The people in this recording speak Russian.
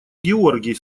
георгий